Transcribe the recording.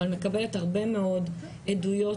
אבל מקבלת הרבה מאוד עדויות,